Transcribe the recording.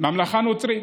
ממלכה נוצרית.